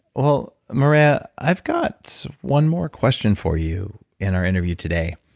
well, mareya, i've got one more question for you in our interview today.